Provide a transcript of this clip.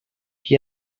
qui